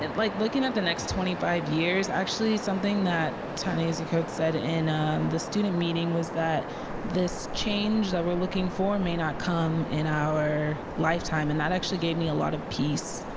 and like looking at the next twenty five years actually something that ta-nehisi coates said in the student meeting was that this change that we're looking for may not come in our lifetime. and that actually gave me a lot of peace.